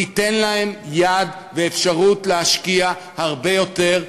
תיתן להם יד ואפשרות להשקיע הרבה יותר,